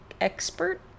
expert